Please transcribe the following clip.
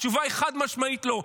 התשובה היא חד-משמעית לא.